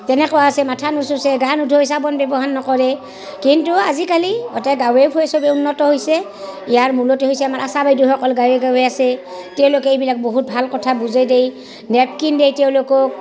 তেনেকুৱা আছে মাথা নোচোছে গা নোধোৱে চাবোন ব্যৱহাৰ নকৰে কিন্তু আজিকালি গোটেই গাঁৱে ভূঞে চবে উন্নত হৈছে ইয়াৰ মূলতে হৈছে আমাৰ আশা বাইদেউসকল গাঁৱে গাঁৱে আছে তেওঁলোকে এইবিলাক বহুত ভাল কথা বুজাই দেই নেপকিন দিয়ে তেওঁলোকক